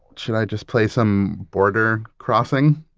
shall i just play some border crossing,